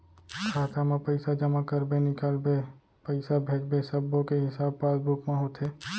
खाता म पइसा जमा करबे, निकालबे, पइसा भेजबे सब्बो के हिसाब पासबुक म होथे